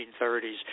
1930s